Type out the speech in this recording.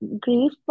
grief